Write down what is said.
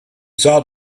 saw